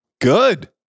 good